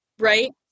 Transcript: Right